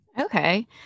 Okay